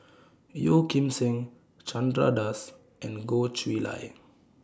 Yeo Kim Seng Chandra Das and Goh Chiew Lye